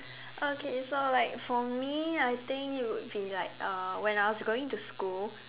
okay so like for me I think it would be like uh when I was going to school